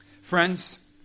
Friends